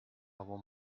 want